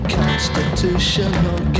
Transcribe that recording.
constitutional